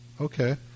Okay